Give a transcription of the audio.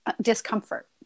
discomfort